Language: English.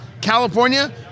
California